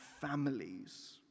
families